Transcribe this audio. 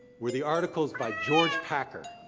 were the articles by george packer.